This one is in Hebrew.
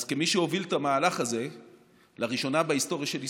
אז כמי שהוביל את המהלך הזה לראשונה בהיסטוריה של ישראל,